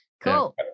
cool